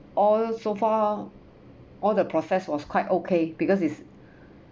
all so far all the process was quite okay because it's